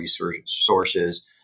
resources